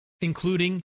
including